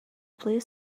blue